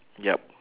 yup